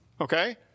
okay